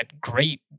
great